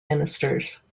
ministers